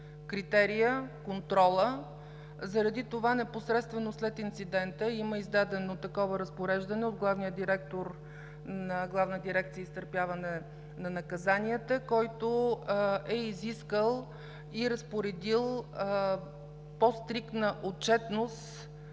критерият, контролът. Заради това непосредствено след инцидента има издадено такова разпореждане от главния директор на Главна дирекция „Изтърпяване на наказанията“, който е изискал и разпоредил по-стриктна отчетност